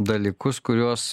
dalykus kuriuos